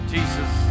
Jesus